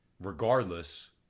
regardless